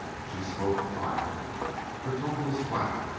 she spoke quietly her tone was flat,